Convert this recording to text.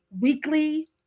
weekly